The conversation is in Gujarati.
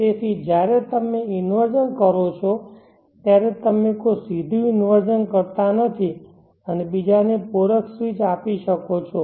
તેથી જ્યારે તમે ઈન્વર્ઝન કરો છો ત્યારે તમે કોઈ સીધું ઈન્વર્ઝન કરતા નથી અને બીજાને પૂરક સ્વીચ આપી શકો છો